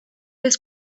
was